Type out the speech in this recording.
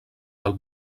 del